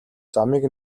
замыг